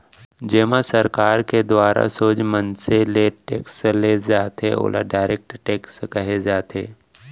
जेमा सरकार के दुवारा सोझ मनसे ले टेक्स ले जाथे ओला डायरेक्ट टेक्स कहे जाथे